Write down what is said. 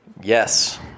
Yes